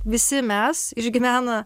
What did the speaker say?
visi mes išgyvena